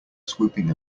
swooping